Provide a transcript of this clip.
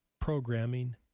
programming